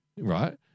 right